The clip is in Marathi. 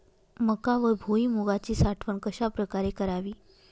मका व भुईमूगाची साठवण कशाप्रकारे करावी?